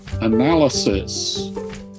analysis